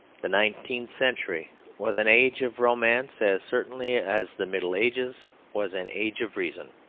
the nineteenth century was an age of romance as certainly as the middle ages was an age of reason.